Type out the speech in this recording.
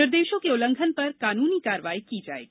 निर्देशों के उल्लंघन पर कानूनी कार्रवाई की जाएगी